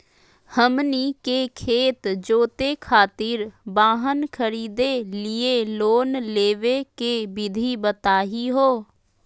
हमनी के खेत जोते खातीर वाहन खरीदे लिये लोन लेवे के विधि बताही हो?